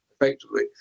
Effectively